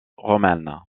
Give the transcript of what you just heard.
romaine